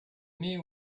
mets